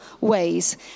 ways